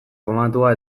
famatua